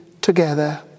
together